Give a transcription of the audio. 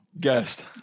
guest